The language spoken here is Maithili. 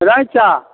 रैंचा